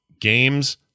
games